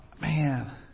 man